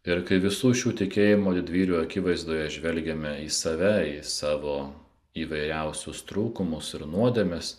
ir visų šių tikėjimo didvyrių akivaizdoje žvelgiame į save į savo įvairiausius trūkumus ir nuodėmes